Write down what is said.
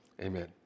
amen